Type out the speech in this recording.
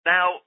Now